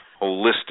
holistic